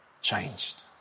changed